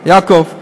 יעקב,